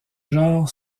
genre